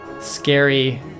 Scary